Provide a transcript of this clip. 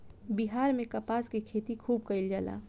बिहार में कपास के खेती खुब कइल जाला